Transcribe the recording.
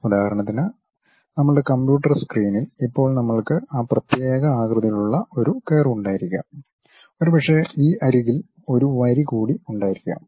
ഉദാഹരണത്തിന് നമ്മളുടെ കമ്പ്യൂട്ടർ സ്ക്രീനിൽ ഇപ്പോൾ നമ്മൾക്ക് ആ പ്രത്യേക ആകൃതിയിലുള്ള ഒരു കർവ് ഉണ്ടായിരിക്കാം ഒരുപക്ഷേ ഈ അരികിൽ ഒരു വരി കൂടി ഉണ്ടായിരിക്കാം